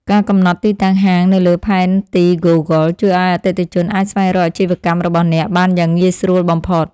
ការកំណត់ទីតាំងហាងនៅលើផែនទីហ្គូហ្គលជួយឱ្យអតិថិជនអាចស្វែងរកអាជីវកម្មរបស់អ្នកបានយ៉ាងងាយស្រួលបំផុត។